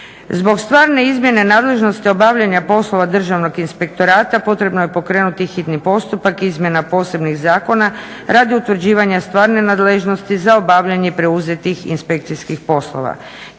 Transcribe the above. Zbog stvarne izmjene nadležnost obavljanja poslova Državnog inspektorata potrebno je pokrenuti hitni postupak izmjena posebnih zakona radi utvrđivanja stvarne nadležnosti za obavljanje preuzetih inspekcijskih poslova.